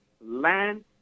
land